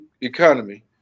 economy